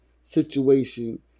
situation